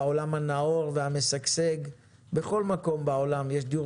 בעולם הנאור והמשגשג בכל מקום יש דיור